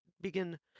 begin